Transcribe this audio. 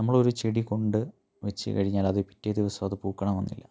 നമ്മളൊരു ചെടി കൊണ്ട് വെച്ച് കഴിഞ്ഞാൽ അത് പിറ്റേ ദിവസം അത് പൂക്കണം എന്നില്ല